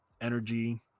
energy